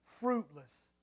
fruitless